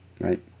Right